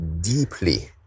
deeply